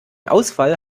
ausfall